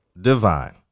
divine